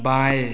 बाएं